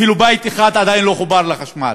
אפילו בית אחד עדיין לא חובר לחשמל.